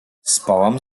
spałam